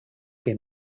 que